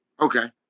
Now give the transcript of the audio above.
Okay